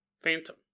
phantom